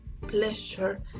pleasure